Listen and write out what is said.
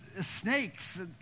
snakes